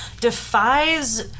defies